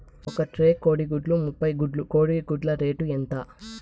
ఒక ట్రే కోడిగుడ్లు ముప్పై గుడ్లు కోడి గుడ్ల రేటు ఎంత?